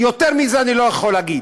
יותר מזה אני לא יכול להגיד.